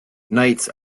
nights